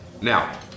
Now